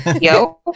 Yo